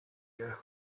you